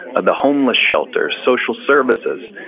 ah the homeless shelter, social services.